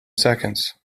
seconds